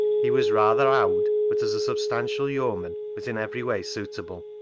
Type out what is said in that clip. he was rather owd, but, as a substantial yeoman, was in every way suitable